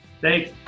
Thanks